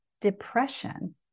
depression